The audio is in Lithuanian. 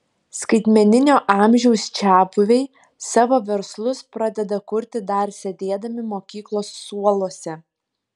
skaitmeninio amžiaus čiabuviai savo verslus pradeda kurti dar sėdėdami mokyklos suoluose